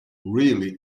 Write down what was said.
really